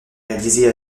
réalisées